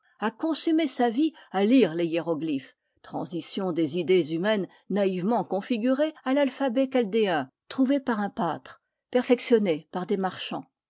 a consumé sa vie à lire les hiéroglyphes transition des idées humaines naïvement configurées à l'alphabet chaldéen trouvé par un pâtre perfectionné par des marchands